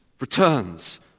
returns